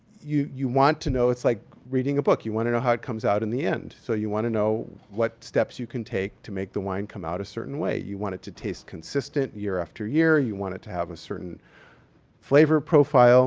you you want to know. it's like reading a book. you want to know how it comes out in the end, so you wanna know what steps you can take to make the wine come out a certain way. you want it to taste consistent year after year. you want it to have a certain flavor profile